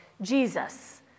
Jesus